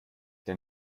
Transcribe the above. der